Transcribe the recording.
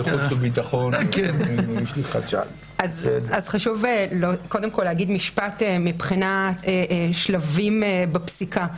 חשוב להגיד משפט מבחינת שלבים בפסיקה.